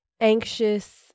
anxious